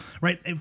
Right